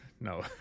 No